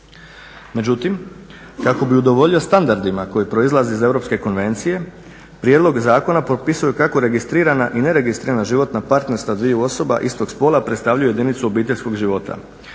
Međutim kako bi udovoljio standardima koji proizlaze iz Europske konvencije, prijedlog zakona propisuje kako registrirana i neregistrirana životna partnerstva dviju osoba istog spola, predstavljaju jedinicu obiteljskog života.